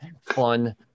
fun